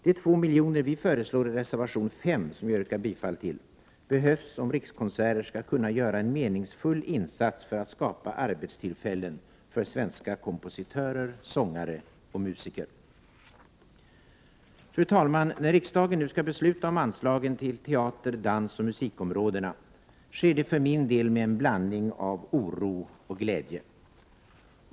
De 2 milj.kr. vi föreslår i reservation 5, som jag yrkar bifall till, behövs om Rikskonserter skall kunna göra en meningsfull insats för att skapa arbetstillfällen för svenska kompositörer, sångare och musiker. Fru talman! När riksdagen nu skall besluta om anslagen till teater-, dansoch musikområdena sker det för min del med en blandning av oro och glädje.